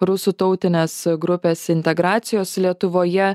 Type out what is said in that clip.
rusų tautinės grupės integracijos lietuvoje